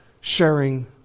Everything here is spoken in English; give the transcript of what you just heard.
sharing